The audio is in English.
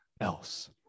else